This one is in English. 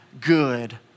good